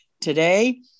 today